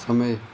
समय